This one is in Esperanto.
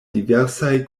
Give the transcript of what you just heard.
diversaj